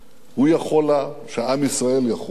שהוא יכול לה, שעם ישראל יכול לה.